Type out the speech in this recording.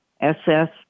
SS